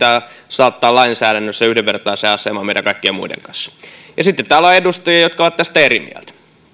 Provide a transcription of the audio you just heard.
saattaa lainsäädännössä yhdenvertaiseen asemaan meidän kaikkien muiden kanssa ja sitten täällä on edustajia jotka ovat tästä eri mieltä